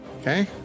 Okay